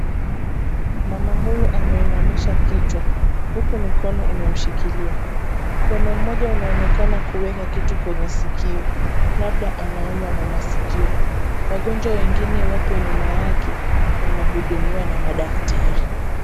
Mama huyu ameinamisha kichwa huku mikono imemshikilia. Mkono mmoja unaonekana kuweka kitu kwenye sikio labda anaumwa na masikio. Wagonjwa wengine wapo nyuma yake wanahudumiwa na madaktari.